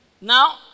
Now